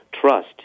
trust